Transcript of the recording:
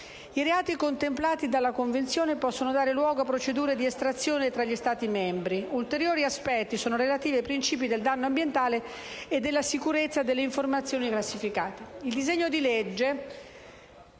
I reati contemplati dalla Convenzione possono dare luogo a procedure di estradizione tra gli Stati membri. Ulteriori aspetti sono relativi ai principi del danno ambientale e della sicurezza delle informazioni classificate.